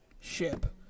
ship